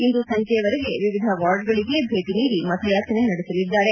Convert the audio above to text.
ಇಂದು ಸಂಜೆಯವರೆಗೆ ವಿವಿಧ ವಾರ್ಡ್ಗಳಿಗೆ ಭೇಟಿನೀದಿ ಮತಯಾಚನೆ ನಡೆಸಲಿದ್ದಾರೆ